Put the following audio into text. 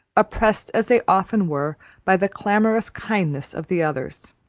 oppressed as they often were by the clamorous kindness of the others.